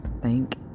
thank